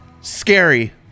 scary